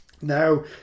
now